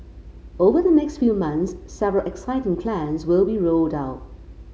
over the next few months several exciting plans will be rolled out